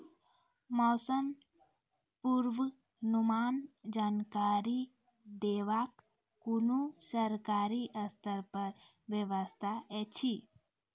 मौसम पूर्वानुमान जानकरी देवाक कुनू सरकारी स्तर पर व्यवस्था ऐछि?